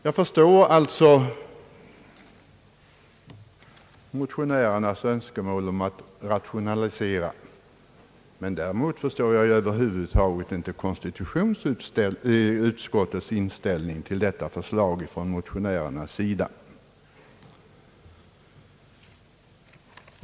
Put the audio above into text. Jag förstår alltså motionärernas Önskemål om att rationalisera, men däremot förstår jag inte konstitutionsutskottets inställning till motionärernas förslag.